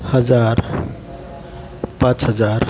हजार पाच हजार